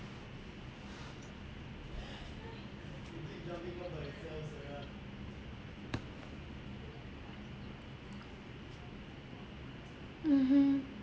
mmhmm